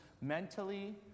mentally